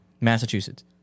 Massachusetts